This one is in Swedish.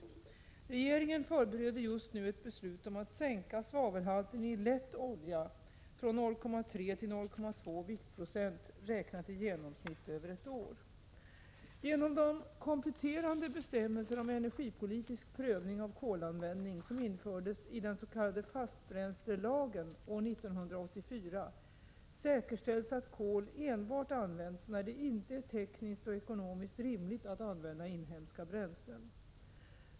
Regeringen förbereder just nu ett beslut om att sänka svavelhalten i lätt olja från 0,3 till 0,2 viktprocent räknat i genomsnitt över ett år. Genom de kompletterande bestämmelser om energipolitisk prövning av kolanvändning som infördes i dens.k. fastbränslelagen år 1984 säkerställs att kol används enbart när det inte är tekniskt och ekonomiskt rimligt att använda inhemska bränslen.